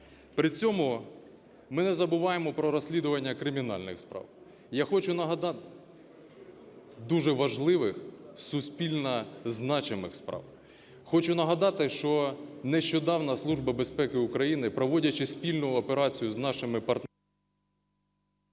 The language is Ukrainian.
При цьому ми не забуваємо про розслідування кримінальних справ, я хочу нагадати, дуже важливих суспільно значимих справ. Хочу нагадати, що нещодавно Служба безпеки України, проводячи спільну операцію з нашими партнерами…